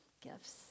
Gifts